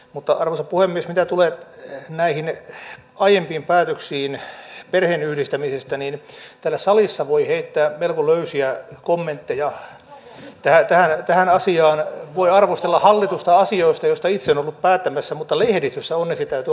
mutta arvoisa puhemies mitä tulee näihin aiempiin päätöksiin perheenyhdistämisistä niin täällä salissa voi heittää melko löysiä kommentteja tähän asiaan voi arvostella hallitusta asioista joista itse on ollut päättämässä mutta lehdistössä onneksi täytyy olla täsmällinen